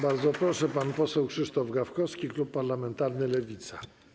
Bardzo proszę, pan poseł Krzysztof Gawkowski, klub parlamentarny Lewica.